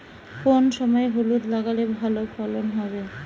কোন সময় হলুদ লাগালে ভালো ফলন হবে?